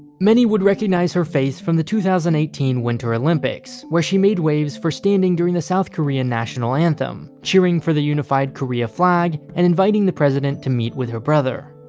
many would recognize her face from the two thousand and eighteen winter olympics, where she made waves for standing during the south korean national anthem, cheering for the unified-korea flag, and inviting the president to meet with her brother.